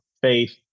faith